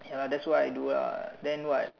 ya that's what I do lah then what